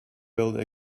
wilde